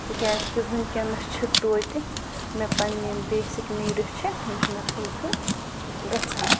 تِکیٛازِ کہِ وٕنۍکٮ۪نَس چھِ تویتہِ مےٚ پنٛنہِ یِم بیسِک نیٖڈٕس چھِ یِم چھِ مےٚ فُل فِل گژھان